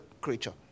creature